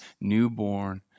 newborn